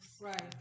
Right